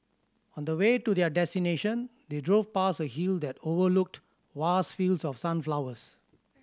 on the way to their destination they drove past a hill that overlooked vast fields of sunflowers